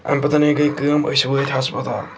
اَمہِ پَتَنے گٔے کٲم أسۍ وٲتۍ ہَسپَتال